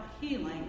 healing